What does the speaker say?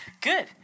Good